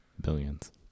Billions